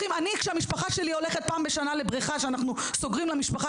כשהמשפחה שלי הולכת פעם בשנה לבריכה שאנחנו סוגרים למשפחה,